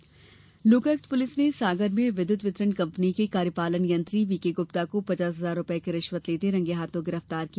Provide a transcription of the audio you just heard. कार्यवाई लोकायुक्त पुलिस ने सागर में विद्युत वितरण कंपनी के कार्यपालन यंत्री वीके गुप्ता को पचास हजार रूपये की रिश्वत लेते हये रंगे हाथ गिरफ्तार किया